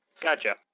gotcha